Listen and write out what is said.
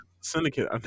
Syndicate